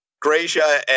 Gracia